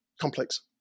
complex